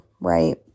right